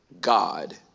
God